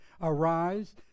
Arise